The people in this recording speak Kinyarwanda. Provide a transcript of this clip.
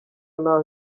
n’aho